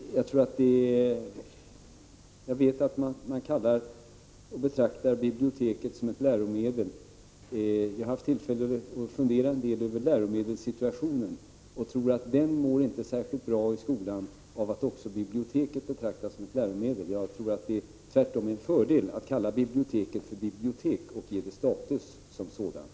Jag vet att biblioteket betraktas som ett läromedel. Jag har funderat en hel del över läromedelssituationen. Jag tror inte att den blir särskilt bra av att också biblioteken betraktas som läromedel. Jag tror tvärtom att det är en fördel att kalla biblioteket för bibliotek och ge det status som sådant.